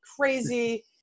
crazy